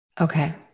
Okay